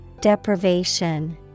Deprivation